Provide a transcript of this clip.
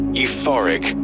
euphoric